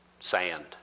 Sand